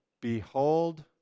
Behold